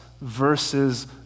versus